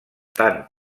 tant